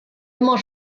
immer